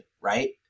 right